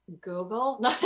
Google